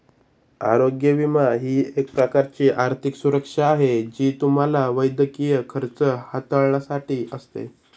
आरोग्य विमा ही एक प्रकारची आर्थिक सुरक्षा आहे जी तुम्हाला वैद्यकीय खर्च हाताळण्यासाठी असते